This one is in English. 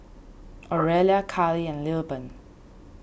Oralia Kylie and Lilburn